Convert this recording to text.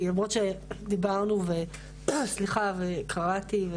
למרות שדיברנו וקראתי,